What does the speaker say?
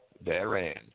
therein